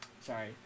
sorry